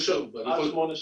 עד שמונה שנים.